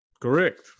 Correct